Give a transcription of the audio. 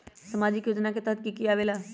समाजिक योजना के तहद कि की आवे ला?